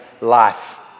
life